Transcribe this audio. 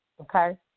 Okay